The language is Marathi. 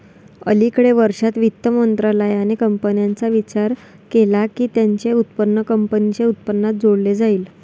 अलिकडे वर्षांत, वित्त मंत्रालयाने कंपन्यांचा विचार केला की त्यांचे उत्पन्न कंपनीच्या उत्पन्नात जोडले जाईल